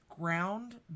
ground